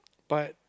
but